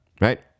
right